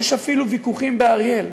יש אפילו ויכוחים באריאל.